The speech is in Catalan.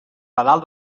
pedal